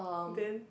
then